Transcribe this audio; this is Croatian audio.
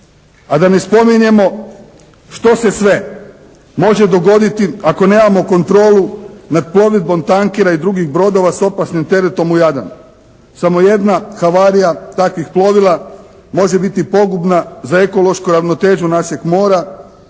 a da ne spominjemo što se sve može dogoditi ako nemamo kontrolu nad plovidbom tankera i drugih brodova s opasnim teretom u Jadranu. Samo jedna havarija takvih plovila može biti pogubna za ekološku ravnotežu našeg mora